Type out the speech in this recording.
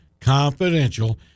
confidential